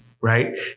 Right